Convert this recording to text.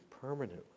permanently